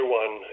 one